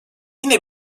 yine